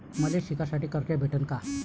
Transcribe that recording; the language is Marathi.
मले शिकासाठी कर्ज भेटन का?